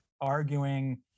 arguing